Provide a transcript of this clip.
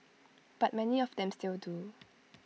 but many of them still do